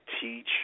teach